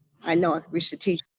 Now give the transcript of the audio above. i know, i used to teach.